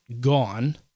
gone